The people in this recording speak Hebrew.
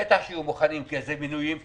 בטח שיהיו מוכנים זה מינויים פוליטיים,